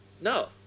No